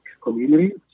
community